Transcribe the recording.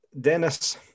Dennis